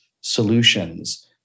solutions